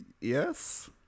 Yes